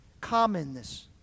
Commonness